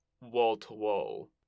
wall-to-wall